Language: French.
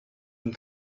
une